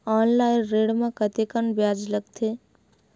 Online ऋण म कतेकन ब्याज लगथे?